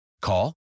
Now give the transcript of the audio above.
Call